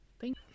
Thank